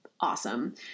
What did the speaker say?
awesome